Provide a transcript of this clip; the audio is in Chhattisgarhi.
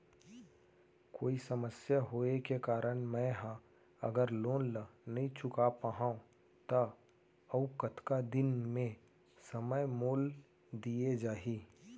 कोई समस्या होये के कारण मैं हा अगर लोन ला नही चुका पाहव त अऊ कतका दिन में समय मोल दीये जाही?